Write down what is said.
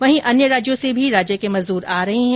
वहीं अन्य राज्यों से भी राज्य के मजदूर आ रहे है